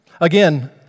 Again